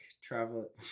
travel